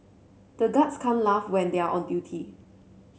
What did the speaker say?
the guards can't laugh when they are on duty